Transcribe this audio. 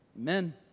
Amen